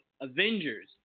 Avengers